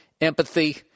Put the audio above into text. empathy